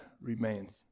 remains